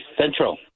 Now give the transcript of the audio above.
Central